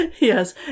Yes